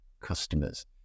customers